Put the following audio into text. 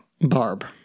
Barb